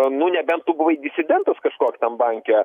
nu nebent tu buvai disidentas kažkoks ten banke